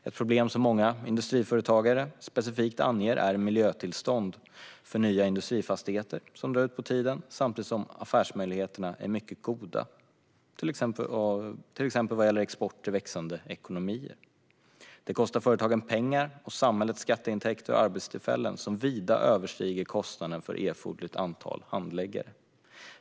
Ett problem som många industriföretagare specifikt anger är att miljötillstånd för nya industrifastigheter drar ut på tiden samtidigt som affärsmöjligheterna är mycket goda för till exempel export till växande ekonomier. Detta kostar företagen pengar och samhället skatteintäkter och arbetstillfällen som vida överstiger kostnaden för erforderligt antal handläggare.